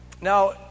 Now